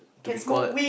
to be called